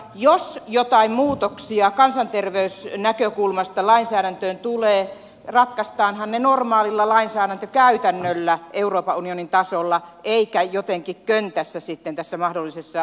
jos jotain muutoksia kansanterveysnäkökulmasta lainsäädäntöön tulee ratkaistaanhan ne normaalilla lainsäädäntökäytännöllä euroopan unionin tasolla eikä jotenkin köntässä sitten tässä mahdollisessa sopimuksessa